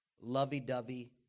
lovey-dovey